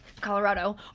Colorado